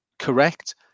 correct